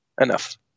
enough